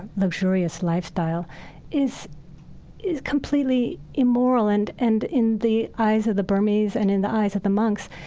luxurious lifestyle is is completely immoral. and and in the eyes of the burmese and in the eyes of the monks,